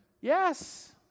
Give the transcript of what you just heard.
Yes